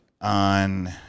on